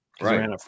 Right